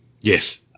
Yes